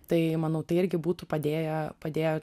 tai manau tai irgi būtų padėję padėję